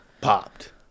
Popped